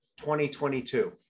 2022